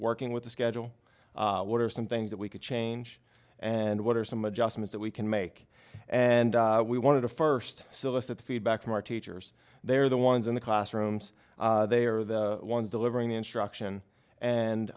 working with the schedule what are some things that we could change and what are some adjustments that we can make and we want to first solicit feedback from our teachers they are the ones in the classrooms they are the ones delivering the instruction and